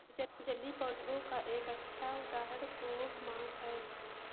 जलीय पौधों का एक अच्छा उदाहरण बोगमास है